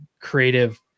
creative